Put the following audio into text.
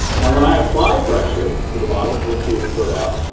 now when i apply pressure to the bottle. you will see it spurt out.